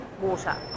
Water